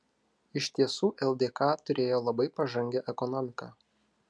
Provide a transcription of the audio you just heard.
iš tiesų ldk turėjo labai pažangią ekonomiką